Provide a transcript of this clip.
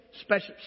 special